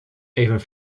even